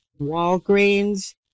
Walgreens